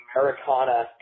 Americana